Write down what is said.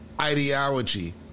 ideology